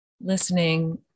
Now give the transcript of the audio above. listening